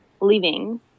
leaving